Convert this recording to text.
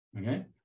Okay